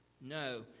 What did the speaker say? No